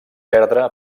perdre